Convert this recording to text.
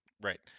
Right